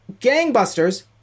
gangbusters